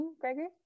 gregory